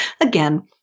again